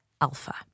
alpha